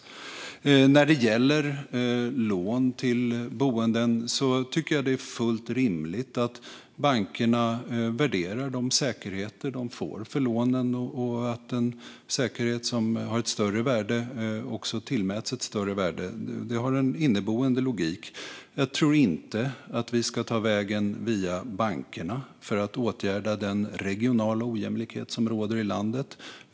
När det gäller lån till boenden tycker jag att det är fullt rimligt att bankerna värderar de säkerheter de får för lånen och att en säkerhet som har ett större värde också tillmäts ett större värde. Det har en inneboende logik. Jag tror inte att vi ska ta vägen via bankerna för att åtgärda den regionala ojämlikhet som råder i landet.